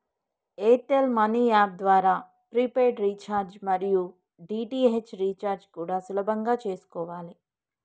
air tell money app ద్వారా prepaid recharge మరియు DTH recharge కూడా సులభంగా చేసుకోవాలే